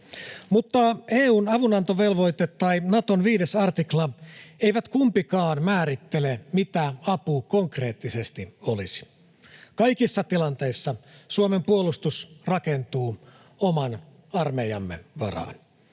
Mutta EU:n avunantovelvoite ja Naton 5 artikla eivät kumpikaan määrittele, mitä apu konkreettisesti olisi. Kaikissa tilanteissa Suomen puolustus rakentuu oman armeijamme varaan.